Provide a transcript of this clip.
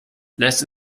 lässt